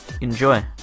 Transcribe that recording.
Enjoy